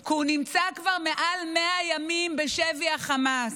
כי הוא נמצא כבר מעל 100 ימים בשבי חמאס.